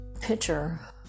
picture